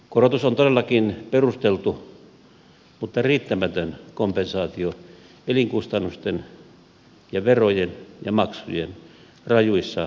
korotus on todellakin perusteltu mutta riittämätön kompensaatio elinkustannusten ja verojen ja maksujen rajuissa nousupaineissa